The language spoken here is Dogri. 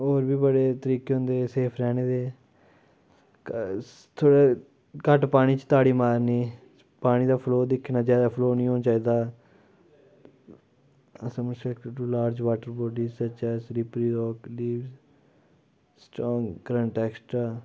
होर बी बड़े तरीके होंदे सेफ रैह्ने दे थोह्ड़े घट्ट पानी च तारी मारनी पानी दा फ्लो दिक्खना चाहिदा फ्लो निं होना चाहिदा सब do large water body such as prepare to leave strong current extra